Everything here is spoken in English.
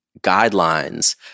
guidelines